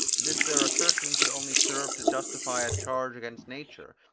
this their assertion could only serve to justify a charge against nature,